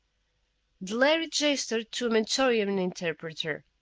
the lhari gestured to a mentorian interpreter